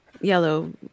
yellow